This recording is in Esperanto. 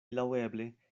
laŭeble